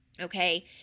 Okay